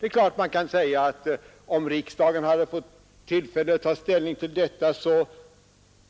Det är klart att man kan säga att om riksdagen hade fått tillfälle att ta ställning, så